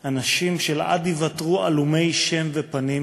אנשים שלעד ייוותרו עלומי שם ופנים.